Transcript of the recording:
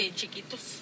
chiquitos